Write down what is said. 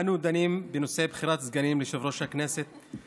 אנו דנים בנושא בחירת סגנים ליושב-ראש הכנסת,